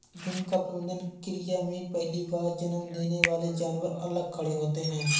झुंड का प्रबंधन क्रिया में पहली बार जन्म देने वाले जानवर अलग खड़े होते हैं